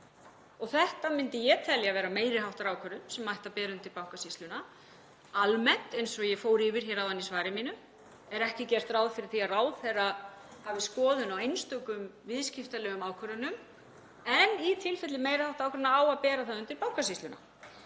Þetta myndi ég telja vera meiri háttar ákvörðun sem ætti að bera undir Bankasýsluna. Almennt, eins og ég fór yfir áðan í svari mínu, er ekki gert ráð fyrir því að ráðherra hafi skoðun á einstökum viðskiptalegum ákvörðunum en í tilfelli meiri háttar ákvarðana á að bera þær undir Bankasýsluna.